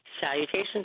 Salutations